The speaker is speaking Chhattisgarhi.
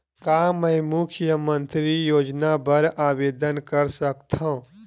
का मैं मुख्यमंतरी योजना बर आवेदन कर सकथव?